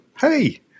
hey